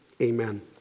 Amen